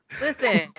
Listen